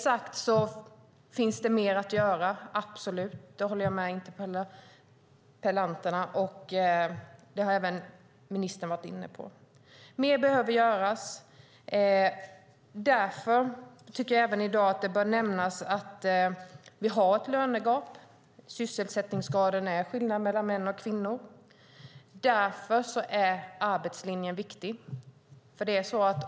Jag håller dock med både interpellanten och ministern om att det finns mer att göra. Vi har till exempel ett lönegap, och det är skillnad i sysselsättningsgraden mellan män och kvinnor. Därför är arbetslinjen viktig.